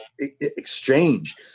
exchange